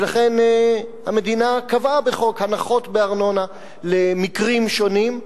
ולכן המדינה קבעה בחוק הנחות בארנונה למקרים שונים,